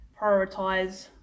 prioritise